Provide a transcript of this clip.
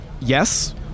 yes